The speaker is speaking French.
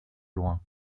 loin